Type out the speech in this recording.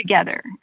together